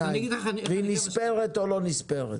והיא נספרת או לא נספרת.